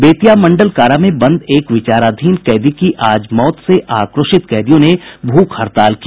बेतिया मंडल कारा में बंद एक विचाराधीन कैदी की आज मौत से आक्रोशित कैदियों ने भूख हड़ताल की